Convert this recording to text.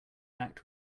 back